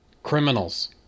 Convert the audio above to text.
Criminals